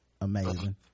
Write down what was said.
amazing